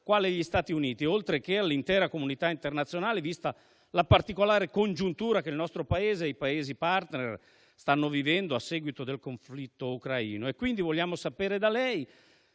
quale gli Stati Uniti, oltre che all'intera comunità internazionale, vista la particolare congiuntura che il nostro Paese e i Paesi *partner* stanno vivendo a seguito del conflitto ucraino. Vogliamo quindi sapere da lei